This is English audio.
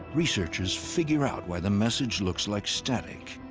researchers figure out why the message looks like static.